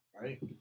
Right